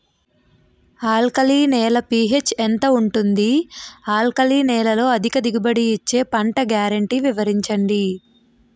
Alkali నేల యెక్క pH ఎంత ఉంటుంది? ఆల్కలి నేలలో అధిక దిగుబడి ఇచ్చే పంట గ్యారంటీ వివరించండి?